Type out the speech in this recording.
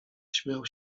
śmiał